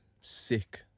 Sick